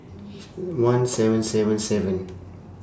one seven seven seven